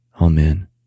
Amen